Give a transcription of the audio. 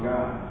God